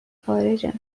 خارجن